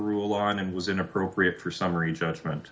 rule on and was inappropriate for summary judgment